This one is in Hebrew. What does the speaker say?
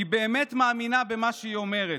היא באמת מאמינה במה שהיא אומרת.